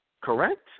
correct